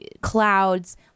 clouds